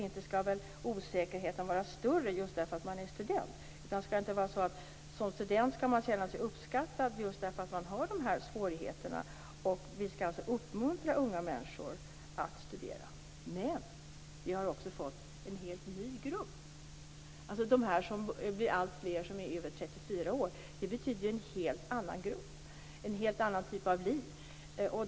Inte skall väl osäkerheten vara större just därför att man är student? Skall det inte vara så att man känner sig uppskattad som student just därför att man har de här svårigheterna? Vi skall uppmuntra unga människor att studera. Men vi har också fått en helt ny grupp, dvs. de som är över 34 år och som blir alltfler. De är en helt annan grupp, med en helt annan typ av liv.